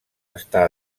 està